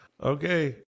Okay